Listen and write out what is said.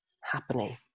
happening